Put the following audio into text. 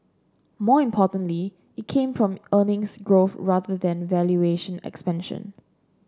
more importantly it came from earnings growth rather than valuation expansion